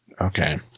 Okay